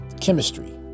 chemistry